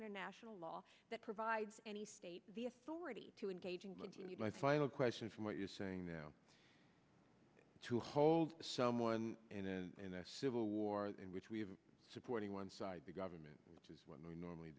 international law that provides any state the authority to engage in my final question from what you're saying now to hold someone in and a civil war in which we have supporting one side the government which is what we normally